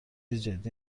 جدی